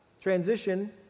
transition